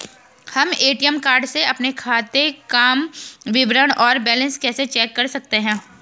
हम ATM card से अपने खाते काम विवरण और बैलेंस कैसे चेक कर सकते हैं?